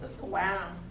Wow